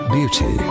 Beauty